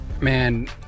man